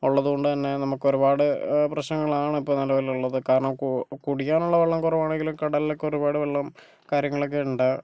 ഉള്ളത്കൊണ്ട് തന്നെ നമുക്ക് ഒരുപാട് പ്രശ്നങ്ങളാണ് ഇപ്പോൾ നിലവിലുള്ളത് കാരണം കു കുടിക്കാൻ ഉള്ള വെള്ളം കുറവാണെങ്കിലും കടലിലൊക്കെ ഒരുപാട് വെള്ളം കാര്യങ്ങളൊക്കെ ഉണ്ട്